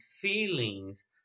feelings